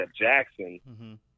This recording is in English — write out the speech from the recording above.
Jackson